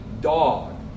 dog